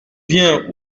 vient